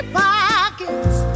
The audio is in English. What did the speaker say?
pockets